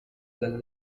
dalla